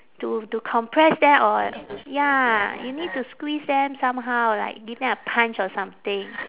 to to compress them or ya you need to squeeze them somehow like give them a punch or something